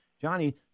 Johnny